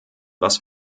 was